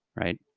right